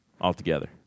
altogether